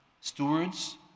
stewards